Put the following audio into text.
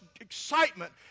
excitement